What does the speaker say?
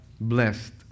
blessed